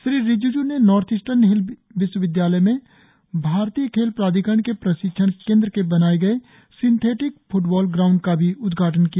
श्री रीजीज् ने north eastern hill विश्वविद्यालय में भारतीय खेल प्राधिकरण के प्रशिक्षण केन्द्र में बनाए गए सिंथेटिक फ्टबॉल ग्राउंड का भी उद्घाटन किया